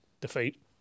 defeat